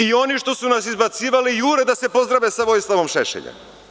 I oni što su nas izbacivali jure da se pozdrave sa Vojislavom Šešeljem.